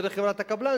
דרך חברת הקבלן,